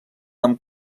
amb